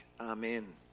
Amen